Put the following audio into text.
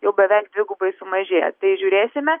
jau beveik dvigubai sumažėja tai žiūrėsime